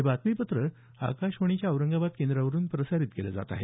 हे बातमीपत्र आकाशवाणीच्या औरंगाबाद केंद्रावरून प्रसारित केलं जात आहे